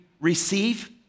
receive